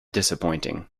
disappointing